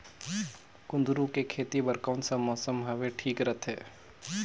कुंदूरु के खेती बर कौन सा मौसम हवे ठीक रथे?